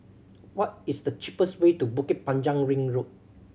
what is the cheapest way to Bukit Panjang Ring Road